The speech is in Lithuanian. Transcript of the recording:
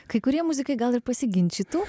kai kurie muzikai gal ir pasiginčytų